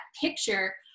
picture